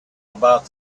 about